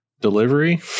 delivery